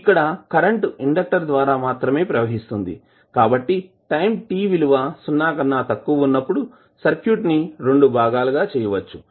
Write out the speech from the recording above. ఇక్కడ current inductor ద్వారా మాత్రమే ప్రవహిస్తుంది కాబట్టి టైం t విలువ సున్నా కన్నా తక్కువ ఉన్నప్పుడు సర్క్యూట్ ని రెండు భాగాలు గా చేయవచ్చు